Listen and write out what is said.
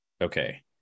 okay